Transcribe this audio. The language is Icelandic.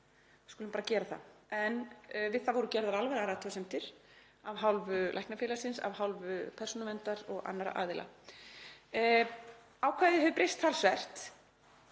við skulum bara gera það. En við það voru gerðar alvarlegar athugasemdir af hálfu Læknafélagsins, af hálfu Persónuverndar og annarra aðila. Ákvæðið hefur breyst talsvert